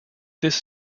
this